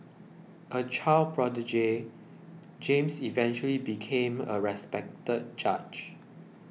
a child prodigy James eventually became a respected judge